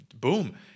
Boom